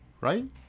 right